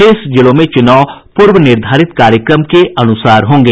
शेष जिलों में चुनाव पूर्व निर्धारित कार्यक्रम के अनुसार होंगे